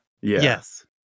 Yes